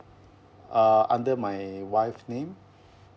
err under my wife's name